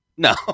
No